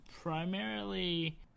primarily